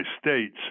states